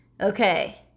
okay